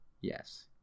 yes